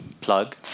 plug